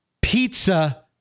pizza